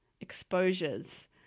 exposures